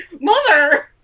mother